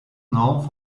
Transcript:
known